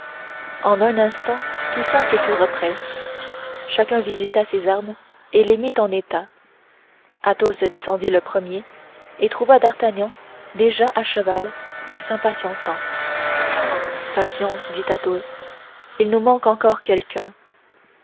en un instant tous cinq furent prêts chacun visita ses armes et les mit en état athos descendit le premier et trouva d'artagnan déjà à cheval et s'impatientant patience dit athos il nous manque encore quelqu'un